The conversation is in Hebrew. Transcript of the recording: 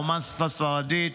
"רומנסה ספרדית",